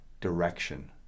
direction